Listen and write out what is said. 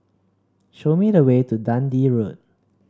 show me the way to Dundee Road